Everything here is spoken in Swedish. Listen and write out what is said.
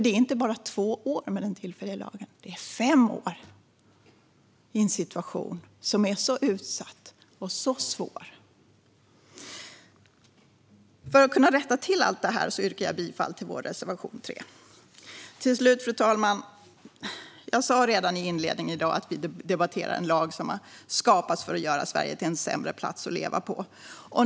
Det är inte bara två år med den tillfälliga lagen. Det är fem år i en situation som är så utsatt och svår. För att kunna rätta till allt detta yrkar jag bifall till vår reservation 3. Till slut, fru talman: Jag sa redan i inledningen av mitt anförande att vi i dag debatterar en lag som har skapats för att göra Sverige till en sämre plats att leva på.